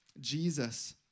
Jesus